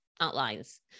outlines